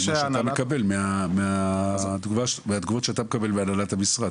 מה שאתה מקבל מהתגובות שאתה מקבל מהנהלת המשרד,